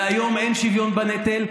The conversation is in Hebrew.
והיום אין שוויון בנטל,